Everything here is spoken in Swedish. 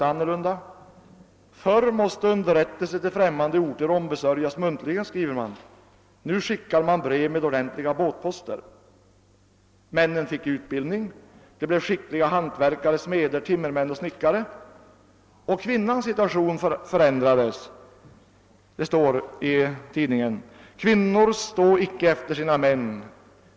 Det framhölls bl.a. följande: >Förr måste underrättelser till främmande orter ombesörjas muntligen, nu skickar man brev med ordentliga båtposter.> Männen fick utbildning och blev skickliga hantverkare — smeder, timmermän och snickare. Också kvinnans situation förändrades. Tidningen skrev bl.a. härom följande: >Kvinnorna stå icke efter sina män.